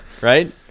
right